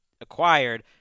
acquired